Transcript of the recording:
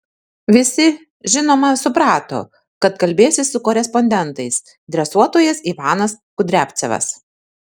visi žinoma suprato kad kalbėsis su korespondentais dresuotojas ivanas kudriavcevas